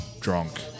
drunk